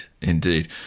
indeed